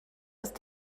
ist